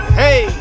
hey